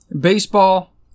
Baseball